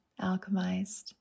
alchemized